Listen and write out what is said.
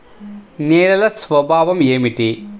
నేలల స్వభావం ఏమిటీ?